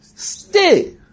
Stay